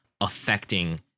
affecting